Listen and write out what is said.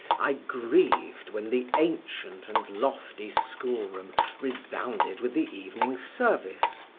i grieved when the ancient and lofty schoolroom resounded with the evening service,